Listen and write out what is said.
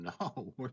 no